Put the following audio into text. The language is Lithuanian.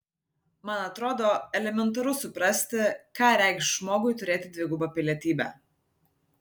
man atrodo elementaru suprasti ką reikš žmogui turėti dvigubą pilietybę